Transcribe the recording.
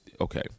okay